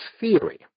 theory